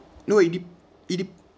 no it de~ it de~